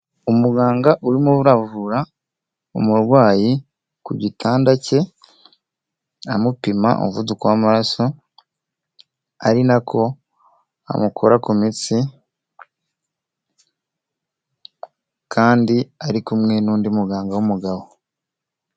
Umuganga urimo uravura umurwayi ku gitanda cye, amupima umuvuduko w'amaraso, ari nako amukora ku mitsi kandi ari kumwe n'undi muganga w'umugabo.